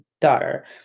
daughter